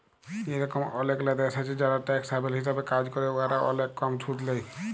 ইরকম অলেকলা দ্যাশ আছে যারা ট্যাক্স হ্যাভেল হিসাবে কাজ ক্যরে উয়ারা অলেক কম সুদ লেই